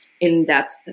in-depth